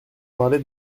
parler